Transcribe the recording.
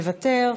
מוותר,